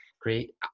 Great